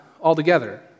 altogether